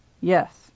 Yes